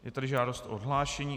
Je tady žádost o odhlášení.